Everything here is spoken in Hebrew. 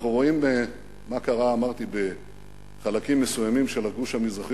אנחנו רואים מה קרה בחלקים מסוימים של הגוש המזרחי,